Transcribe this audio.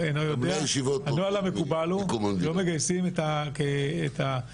הנוהל המקובל הוא שלא מגייסים את הערבים.